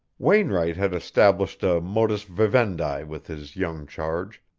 wainwright had established a modus vivendi with his young charge,